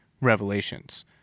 Revelations